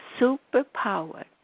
superpower